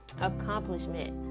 accomplishment